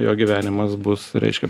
jo gyvenimas bus reiškia